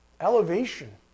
elevation